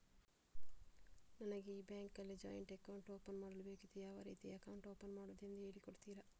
ನನಗೆ ಈ ಬ್ಯಾಂಕ್ ಅಲ್ಲಿ ಜಾಯಿಂಟ್ ಅಕೌಂಟ್ ಓಪನ್ ಮಾಡಲು ಬೇಕಿತ್ತು, ಯಾವ ರೀತಿ ಅಕೌಂಟ್ ಓಪನ್ ಮಾಡುದೆಂದು ಹೇಳಿ ಕೊಡುತ್ತೀರಾ?